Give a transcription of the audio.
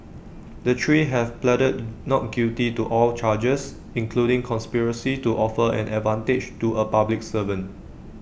the three have pleaded not guilty to all charges including conspiracy to offer an advantage to A public servant